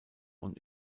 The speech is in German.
und